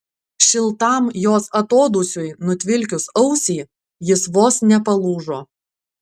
šiltam jos atodūsiui nutvilkius ausį jis vos nepalūžo